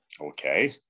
Okay